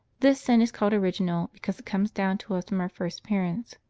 this sin is called original because it comes down to us from our first parents,